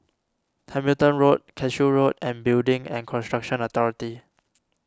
Hamilton Road Cashew Road and Building and Construction Authority